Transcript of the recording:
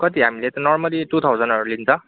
कति हामिले त नर्मल्ली टु थाउजनहरू लिन्छ